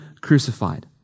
crucified